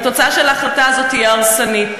והתוצאה של ההחלטה הזאת תהיה הרסנית,